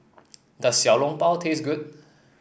does Xiao Long Bao taste good